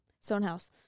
Stonehouse